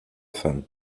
femme